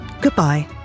Goodbye